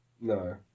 no